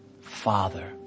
Father